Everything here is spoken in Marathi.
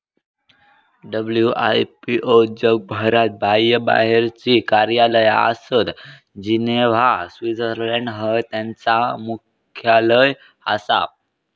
डब्ल्यू.आई.पी.ओ जगभरात बाह्यबाहेरची कार्यालया आसत, जिनेव्हा, स्वित्झर्लंड हय त्यांचा मुख्यालय आसा